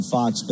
Fox